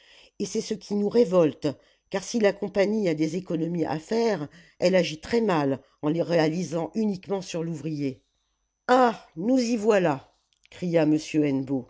et c'est ce qui nous révolte car si la compagnie a des économies à faire elle agit très mal en les réalisant uniquement sur l'ouvrier ah nous y voilà cria